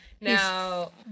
now